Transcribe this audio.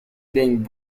being